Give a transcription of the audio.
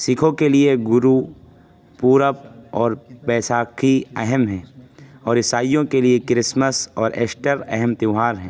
سکھوں کے لیے گرو پورب اور بیساکھی اہم ہیں اور عیسائیوں کے لیے کرسمس اور ایسٹر اہم تیوہار ہیں